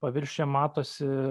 paviršiuje matosi